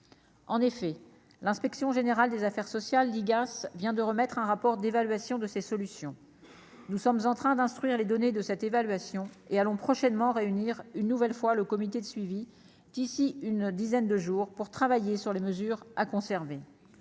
en effet l'Inspection générale des affaires sociales, l'IGAS vient de remettre un rapport d'évaluation de ces solutions, nous sommes en train d'instruire les données de cette évaluation et allons prochainement réunir une nouvelle fois le comité de suivi d'ici une dizaine de jours pour travailler sur les mesures à conserver,